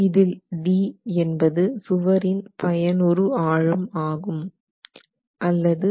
இதில் d என்பது சுவரின் பயனுறு ஆழம் ஆகும் அல்லது 1